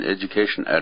Education